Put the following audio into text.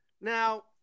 Now